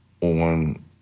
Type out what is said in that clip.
on